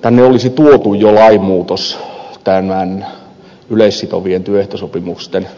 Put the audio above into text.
tänne olisi jo tuotu lainmuutos näiden yleissitovien työehtosopimusten